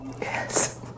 Yes